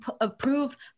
approved